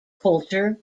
coulter